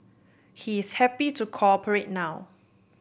he is happy to cooperate now